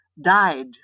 died